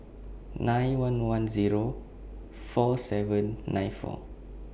nine one one Zero four seven nine four